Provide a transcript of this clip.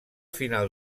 final